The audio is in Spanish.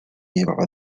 llevaba